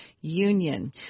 Union